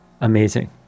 Amazing